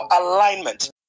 alignment